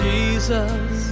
Jesus